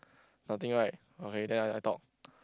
nothing right okay then I I talk